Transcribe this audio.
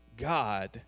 God